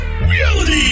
reality